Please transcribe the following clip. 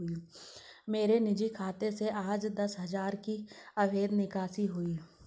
मेरे निजी खाते से आज दस हजार की अवैध निकासी हुई है